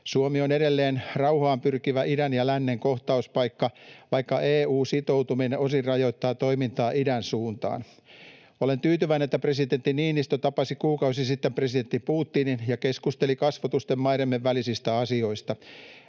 Suomi on edelleen rauhaan pyrkivä idän ja lännen kohtauspaikka, vaikka EU-sitoutuminen osin rajoittaa toimintaa idän suuntaan. Olen tyytyväinen, että presidentti Niinistö tapasi kuukausi sitten presidentti Putinin ja keskusteli kasvotusten maidemme välisistä asioista.